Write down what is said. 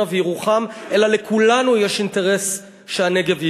וירוחם אלא לכולנו יש אינטרס שהנגב ייושב,